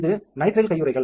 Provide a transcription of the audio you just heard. இது நைட்ரைல் கையுறைகள்